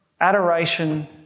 adoration